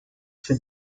sind